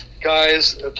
guys